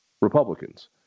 Republicans